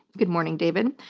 good morning david.